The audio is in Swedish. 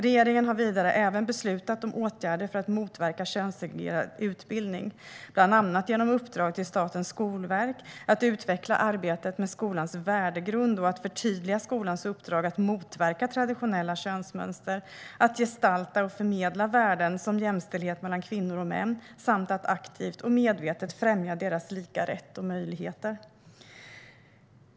Regeringen har även beslutat om åtgärder för att motverka könssegregerad utbildning, bland annat genom uppdrag till Statens skolverk att utveckla arbetet med skolans värdegrund och att förtydliga skolans uppdrag att motverka traditionella könsmönster, att gestalta och förmedla värden som jämställdhet mellan kvinnor och män samt att aktivt och medvetet främja deras lika rätt och möjligheter.